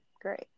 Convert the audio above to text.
Great